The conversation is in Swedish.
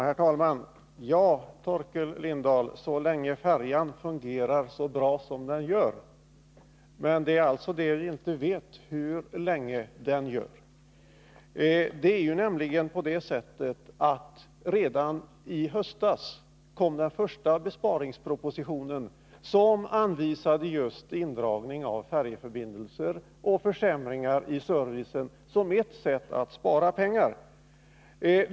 Herr talman! Ja, det är riktigt, Torkel Lindahl, så länge färjan fungerar så bra som den gör. Men vi vet alltså inte hur länge den gör det. Redanii höstas kom den första besparingspropositionen, som anvisade just indragning av färjeförbindelser och försämring av servicen som ett sätt att spara pengar.